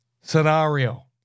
scenario